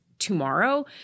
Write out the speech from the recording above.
Tomorrow